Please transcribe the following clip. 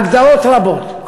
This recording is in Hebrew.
ההגדרות רבות,